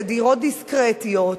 לדירות דיסקרטיות.